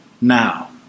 now